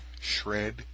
shred